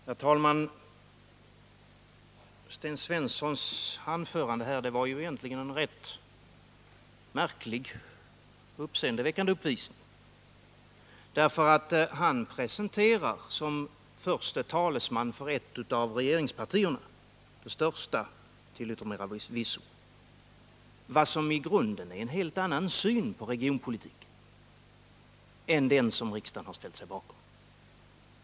Herr talman! Sten Svenssons anförande var egentligen en rätt uppseendeväckande uppvisning. Som förste talesman för ett av regeringspartierna — till yttermera visso det största — presenterar han vad som i grunden är en helt annan syn på regionalpolitiken än den som riksdagen har ställt sig bakom.